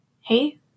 Hey